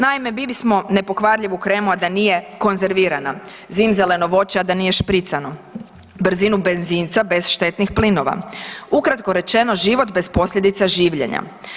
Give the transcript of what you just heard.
Naime, mi bismo nepokvarljivu kremu a da nije konzervirana, zimzeleno voće a da nije špricano, brzinu benzinca bez štetnih plinova, ukratko rečeno, život bez posljedica življenja.